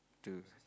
two